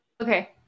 okay